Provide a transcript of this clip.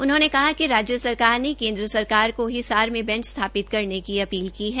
उन्होंने कहा कि राज्य सरकार ने केन्द्र को हिसार में स्थापित करने की अपील की है